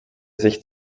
sich